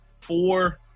four